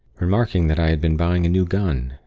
remarking that i had been buying a new gun,